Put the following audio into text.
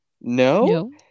no